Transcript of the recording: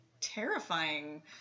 terrifying